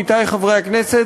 עמיתי חברי הכנסת,